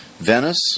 Venice